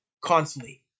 Constantly